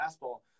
fastball